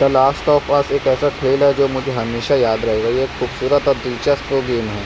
the last of us ایک ایسا کھیل ہے جو مجھے ہمیشہ یاد رہے گا یہ ایک خوبصورت اور دلچسپ گیم ہے